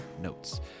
notes